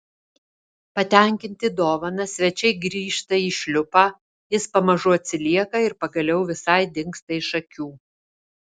patenkinti dovana svečiai grįžta į šliupą jis pamažu atsilieka ir pagaliau visai dingsta iš akių